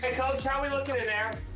hey, cobes, how are we looking in there?